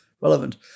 relevant